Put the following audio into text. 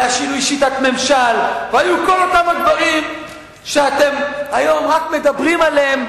היה שינוי שיטת ממשל והיו כל אותם הדברים שאתם היום רק מדברים עליהם,